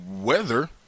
weather